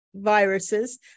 viruses